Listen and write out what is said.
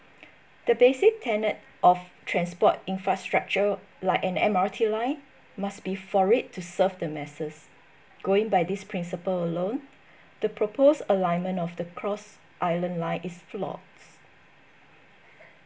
the basic tenet of transport infrastructure like an M_R_T line must be for it to serve the masses going by this principle alone the proposed alignment of the cross island line is flawed